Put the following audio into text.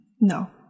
No